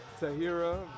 Tahira